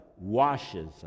washes